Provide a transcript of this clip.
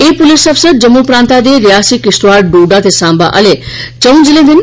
एह् पुलस अफसर जम्मू प्रांता दे रियासी किश्तवाड़ डोडा ते साम्बा अले चऊं जिलें दे न